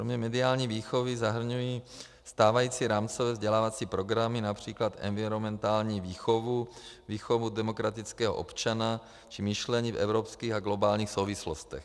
Kromě mediální výchovy zahrnují stávající rámcové vzdělávací programy například environmentální výchovu, výchovu demokratického občana či myšlení v evropských a globálních souvislostech.